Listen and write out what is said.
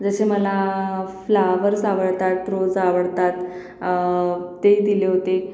जसे मला फ्लावर्स आवडतात रोज आवडतात ते दिले होते